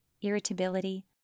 Irritability